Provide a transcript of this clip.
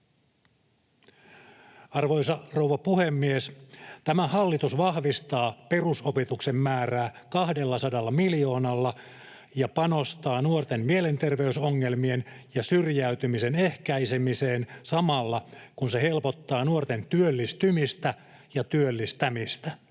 Arvoisa rouva puhemies! Tämä hallitus vahvistaa perusopetuksen määrää 200 miljoonalla ja panostaa nuorten mielenterveysongelmien ja syrjäytymisen ehkäisemiseen samalla, kun se helpottaa nuorten työllistymistä ja työllistämistä.